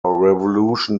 revolution